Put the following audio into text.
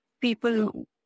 people